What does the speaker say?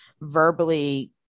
verbally